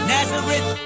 Nazareth